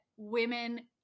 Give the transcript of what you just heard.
women